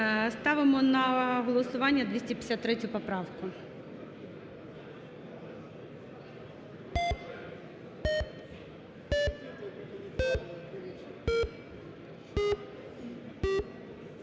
ставимо на голосування 284 поправку